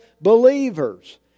believers